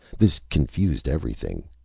this confused everything.